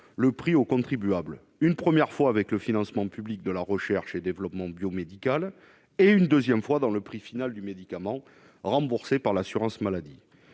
le prix au contribuable : une première fois avec le financement public de la recherche et développement dans le domaine biomédical ; une deuxième fois dans le prix final du médicament remboursé par l'assurance maladie.